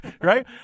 Right